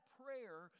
prayer